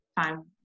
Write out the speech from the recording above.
time